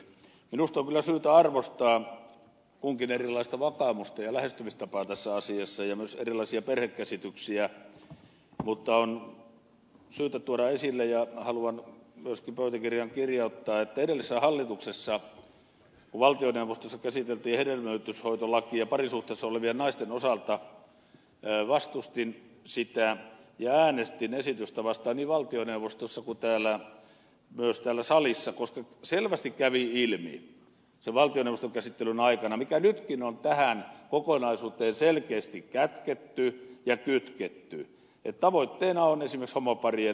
minusta on kyllä syytä arvostaa kunkin erilaista vakaumusta ja lähestymistapaa tässä asiassa ja myös erilaisia perhekäsityksiä mutta on syytä tuoda esille ja haluan myöskin pöytäkirjaan kirjauttaa että edellisessä hallituksessa kun valtioneuvostossa käsiteltiin hedelmöityshoitolakia parisuhteessa olevien naisten osalta vastustin sitä ja äänestin esitystä vastaan niin valtioneuvostossa kuin myös täällä salissa koska selvästi kävi ilmi sen valtioneuvoston käsittelyn aikana se mikä nytkin on tähän kokonaisuuteen selkeästi kätketty ja kytketty että tavoitteena on esimerkiksi homoparien ulkopuolinen adoptio